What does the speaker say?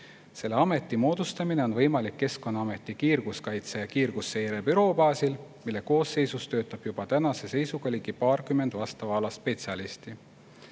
Selle ameti moodustamine on võimalik Keskkonnaameti kiirguskaitse ja kiirgusseire büroo baasil, mille koosseisus töötab juba tänase seisuga ligi paarkümmend vastava ala spetsialisti.